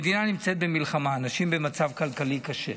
המדינה נמצאת במלחמה, אנשים במצב כלכלי קשה.